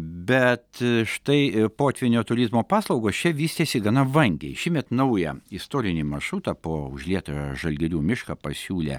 bet štai ir potvynio turizmo paslaugos čia vystėsi gana vangiai šįmet naują istorinį maršrutą po užlietą žalgirių mišką pasiūlę